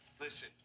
Listen